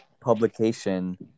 publication